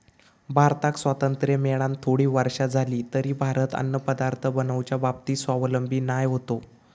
भारताक स्वातंत्र्य मेळान थोडी वर्षा जाली तरी भारत अन्नपदार्थ बनवच्या बाबतीत स्वावलंबी नाय होतो